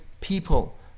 people